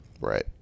Right